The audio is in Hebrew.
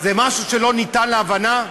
זה משהו שלא ניתן להבנה?